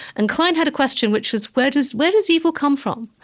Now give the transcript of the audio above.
and klein had a question, which was, where does where does evil come from?